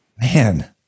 Man